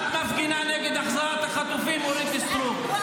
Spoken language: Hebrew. --- את מפגינה נגד החזרת החטופים, אורית סטרוק?